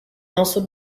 also